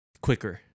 quicker